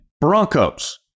Broncos